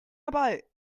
about